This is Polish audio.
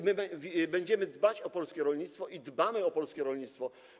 I będziemy dbać o polskie rolnictwo i dbamy o polskie rolnictwo.